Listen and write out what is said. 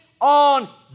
on